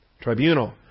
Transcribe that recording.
tribunal